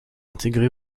intégrée